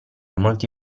molti